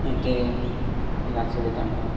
ଏମିତି ନାଚିବେ ତାଙ୍କେ